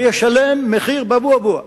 שישלם מחיר באבו-אבוה.